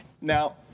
Now